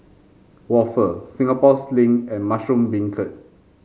waffle Singapore Sling and Mushroom Beancurd